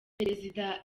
perezida